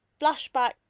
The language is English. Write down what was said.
flashback